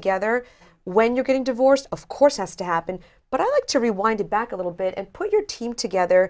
together when you're getting divorced of course has to happen but i'd like to rewind it back a little bit and put your team together